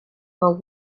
from